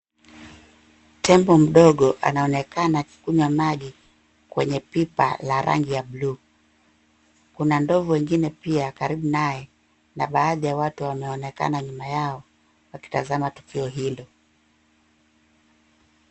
Tembo mdogo anaonekana akikunywa maji kwenye pipa la rangi ya buluu. Kuna ndovu wengine pia karibu naye. Na baadhi ya watu wameonekana nyuma yao wakitazama tukio hilo.